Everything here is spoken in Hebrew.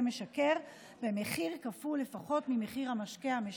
משכר במחיר כפול לפחות ממחיר המשקה המשכר.